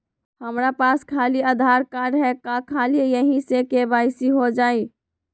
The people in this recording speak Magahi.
हमरा पास खाली आधार कार्ड है, का ख़ाली यही से के.वाई.सी हो जाइ?